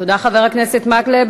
תודה, חבר הכנסת מקלב.